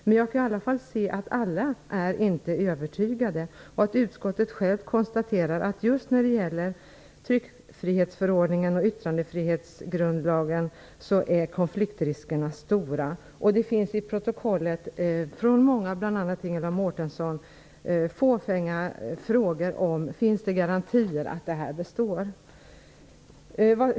Men jag kan i varje fall se att alla inte är övertygade. Utskottet konstaterar självt att konfliktriskerna är stora just när det gäller tryckfrihetsförordningen och yttrandefrihetsgrundlagen. Det finns i debattprotokollet fåfänga frågor från många, bl.a. Ingela Mårtensson. Man frågar: Finns det garantier för att detta består?